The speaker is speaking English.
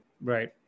Right